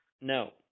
No